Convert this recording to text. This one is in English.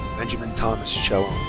benjamin thomas chalone.